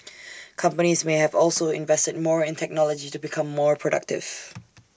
companies may have also invested more in technology to become more productive